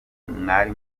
mwari